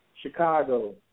Chicago